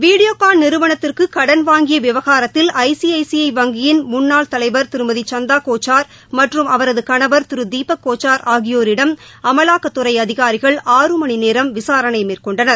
வீடியோகான் நிறுவனத்திற்கு கடன் வாங்கிய விவகாரத்தில் ஐ சி ஐ சி வங்கியின் முன்னாள் தலைவர் திருமதி சந்தா கோச்சார் மற்றும் அவரது கணவர் திரு தீப்க கோச்சார் ஆகியோரிடம் அமலாக்கத்துறை அதிகாரிகள் ஆறு மணி நேரம் விசாரணை மேற்கொண்டனர்